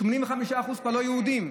85% כבר לא יהודים.